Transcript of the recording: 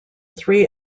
three